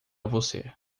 você